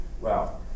wow